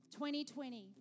2020